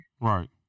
Right